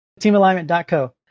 teamalignment.co